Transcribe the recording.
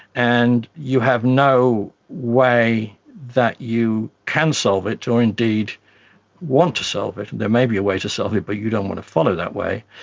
and you have no way that you can solve it or indeed want to solve it. there may be a way to solve it but you don't want to follow that way,